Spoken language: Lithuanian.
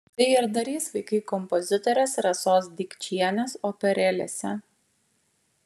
tai ir darys vaikai kompozitorės rasos dikčienės operėlėse